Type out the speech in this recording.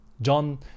John